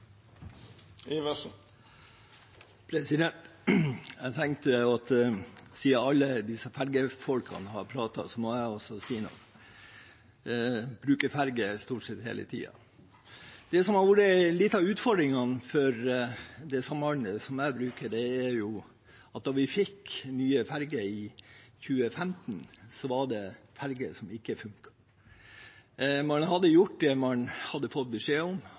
Jeg tenkte at siden alle disse ferjefolkene har pratet, må jeg også si noe. Jeg bruker ferjer stort sett hele tiden. Det som har vært litt av utfordringen for det sambandet jeg bruker, er at da vi fikk nye ferjer i 2015, var det ferjer som ikke funket. Man hadde gjort det man hadde fått beskjed om,